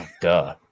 Duh